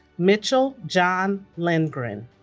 mitchell john lindgren